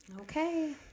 Okay